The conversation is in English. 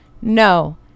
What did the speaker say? No